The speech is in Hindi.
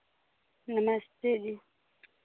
नमस्ते जी